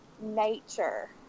nature